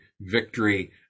victory